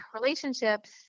relationships